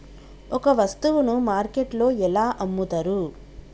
ఒక వస్తువును మార్కెట్లో ఎలా అమ్ముతరు?